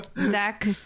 Zach